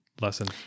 lesson